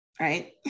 right